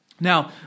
Now